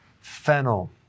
fennel